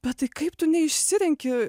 bet tai kaip tu neišsirenki